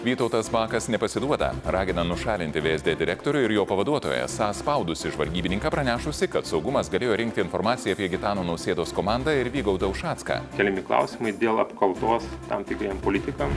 vytautas bakas nepasiduoda ragina nušalinti vsd direktorių ir jo pavaduotojai esą spaudusi žvalgybininką pranešusi kad saugumas galėjo rinkti informaciją apie gitano nausėdos komandą ir vygaudą ušacką keliami klausimai dėl apkaltos tam tikriems politikams